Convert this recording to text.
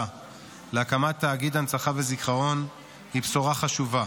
להקמת תאגיד הנצחה וזיכרון היא בשורה חשובה.